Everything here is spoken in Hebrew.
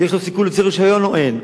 יש לו סיכוי להוציא רשיון או אין?